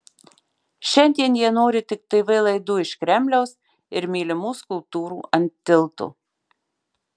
šiandien jie nori tik tv laidų iš kremliaus ir mylimų skulptūrų ant tilto